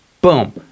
Boom